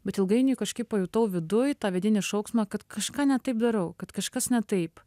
bet ilgainiui kažkaip pajutau viduj tą vidinį šauksmą kad kažką ne taip darau kad kažkas ne taip